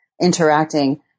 interacting